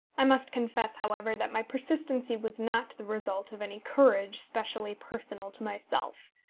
i must confess, however, that my persistency was not the result of any courage specially personal to myself.